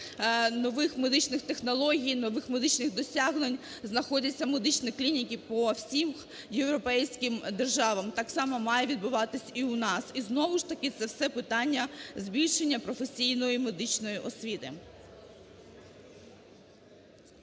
нових медичних технологій, нових медичних досягнень знаходяться медичні клініки по всім європейським державам. Так само має відбуватись і у нас. І знову ж таки це все питання збільшення професійної медичної освіти.